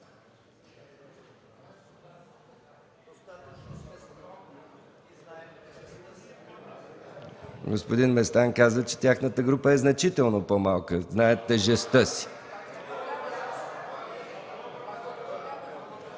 Господин Местан каза, че тяхната група е значително по-малка и знае тежестта си.